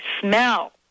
smell